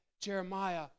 Jeremiah